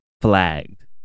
flagged